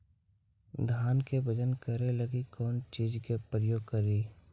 धान के बजन करे लगी कौन चिज के प्रयोग करि?